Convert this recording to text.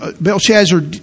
Belshazzar